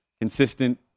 consistent